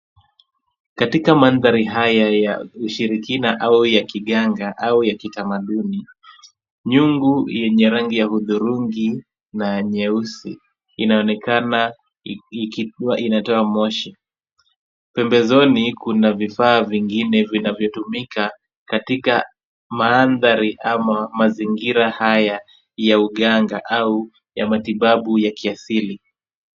Katika maandhari haya ya ushirikina au ya kiganga au ya kitamaduni, nyungu yenye rangi ya hudhurungi na nyeusi inaonekana ikikuwa inatoa moshi. Pembezoni kuna vifaa vingine vinavyotumika katika maandhari ama mazingira haya ya uganga au ya matibabu ya kiasili.